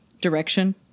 direction